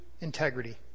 integrity